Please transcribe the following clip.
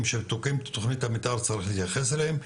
שתוקעים את תוכנית המתאר צריך להתייחס אליהם,